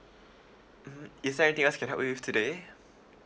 mmhmm is there anything else can I help you with today